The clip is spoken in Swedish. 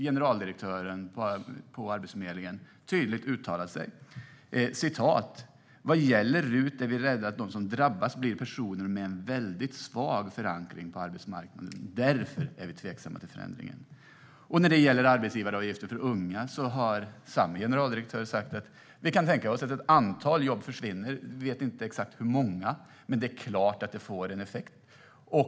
Generaldirektören för Arbetsförmedlingen har uttalat sig tydligt om det: "Vad gäller rut är vi rädda att de som drabbas blir personer med en väldigt svag förankring på arbetsmarknaden. Därför är vi tveksamma till den förändringen." När det gäller arbetsgivaravgiften för unga har samme generaldirektör sagt: "Vi kan tänka oss att ett antal jobb försvinner. Hur många vågar vi inte bedöma, men att det kan få effekt är klart."